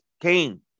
Cain